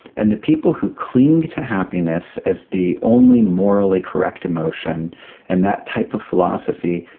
and the people who cling to happiness as the only morally correct emotion and that type of philosophy,